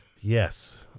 Yes